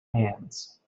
hands